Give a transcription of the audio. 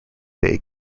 day